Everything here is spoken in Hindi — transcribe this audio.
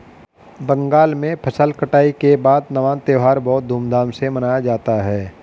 बंगाल में फसल कटाई के बाद नवान्न त्यौहार बहुत धूमधाम से मनाया जाता है